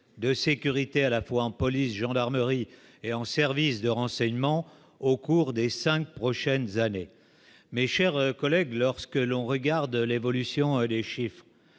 de sécurité à la fois en police, gendarmerie et en services de renseignement au cours des 5 prochaines années mais, chers collègues, lorsque l'on regarde l'évolution des chiffres,